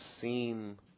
seem